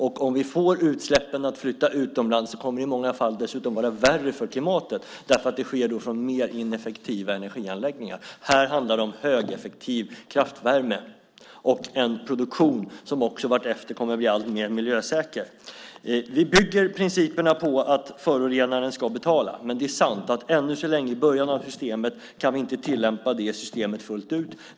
Om vi får utsläppen att flytta utomlands kommer det i många fall att vara värre för klimatet eftersom utsläppen kommer från mer ineffektiva energianläggningar. Här handlar det om högeffektiv kraftvärme och en vartefter alltmer miljösäker produktion. Vi bygger principerna på att förorenaren ska betala, men det är sant att ännu så länge i början av systemet kan vi inte tillämpa det systemet fullt ut.